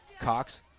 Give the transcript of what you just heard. Cox